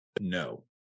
no